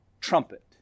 trumpet